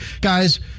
guys